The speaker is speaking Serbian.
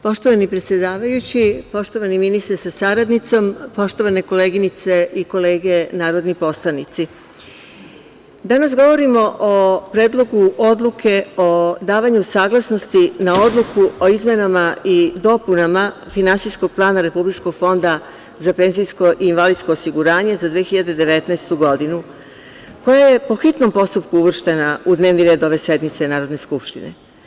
Poštovani predsedavajući, poštovani ministre sa saradnicom, poštovane koleginice i kolege narodni poslanici, danas govorimo o Predlogu odluke o davanju saglasnosti na Odluku o izmenama i dopunama finansijskog plana Republičkog fonda za PIO za 2019. godinu, koja je po hitnom postupku uvrštena u dnevni red ove sednice Narodne skupštine.